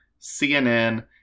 CNN